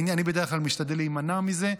אני בדרך כלל משתדל להימנע מזה,